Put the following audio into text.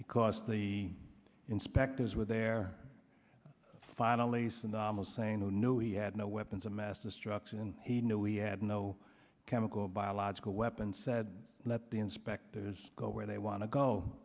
because the inspectors were there finally saddam hussein who knew he had no weapons of mass destruction and he knew he had no chemical biological weapons said let the inspectors go where they want to go